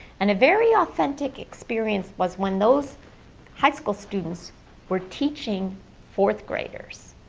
and a very authentic experience was when those high school students were teaching fourth graders.